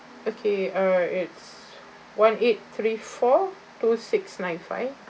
okay uh it's one eight three four two six nine five